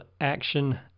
action